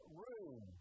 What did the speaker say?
room